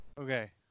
Okay